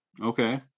Okay